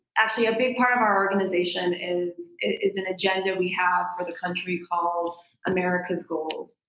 actually, a big part of our organization is is an agenda we have for the country called america's goals.